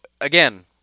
again